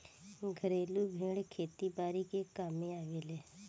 घरेलु भेड़ खेती बारी के कामे आवेले